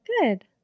good